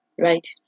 right